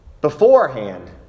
beforehand